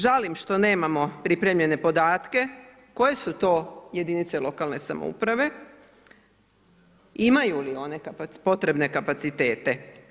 Žalim što nemamo pripremljene podatke koje su to jedinice lokalne samouprave, imaju li one potrebne kapacitete.